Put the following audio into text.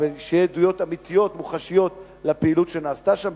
שיהיו עדויות אמיתיות ומוחשיות לפעילות שנעשתה שם,